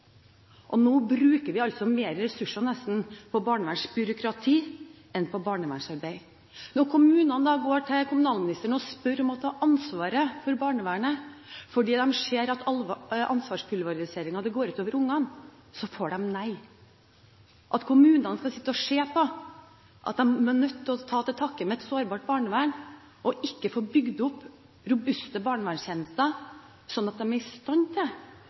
Nå bruker vi nesten mer ressurser på barnevernsbyråkrati enn på barnevernsarbeid. Når kommunene går til kommunalministeren og spør henne om å ta ansvaret for barnevernet fordi de ser at ansvarspulveriseringen går ut over ungene, får de et nei. At kommunene skal være nødt til å ta til takke med et sårbart barnevern, og ikke få bygd opp robuste barnevernstjenester slik at de er i stand til